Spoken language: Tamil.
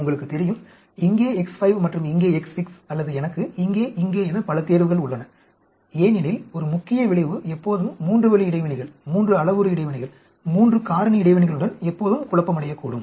உங்களுக்குத் தெரியும் இங்கே X5 மற்றும் இங்கே X6 அல்லது எனக்கு இங்கே இங்கே என பல தேர்வுகள் உள்ளன ஏனெனில் ஒரு முக்கிய விளைவு எப்போதும் மூன்று வழி இடைவினைகள் 3 அளவுரு இடைவினைகள் 3 காரணி இடைவினைகளுடன் எப்போதும் குழப்பமடையக்கூடும்